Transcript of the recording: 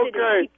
Okay